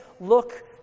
look